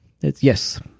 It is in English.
Yes